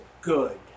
good